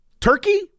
turkey